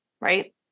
Right